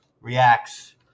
Reacts